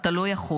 אתה לא יכול.